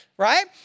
right